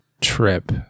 trip